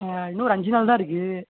இன்னும் ஒரு அஞ்சு நாள் தான் இருக்குது